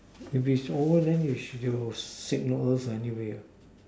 if it shows then you should you signal left anyway